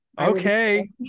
okay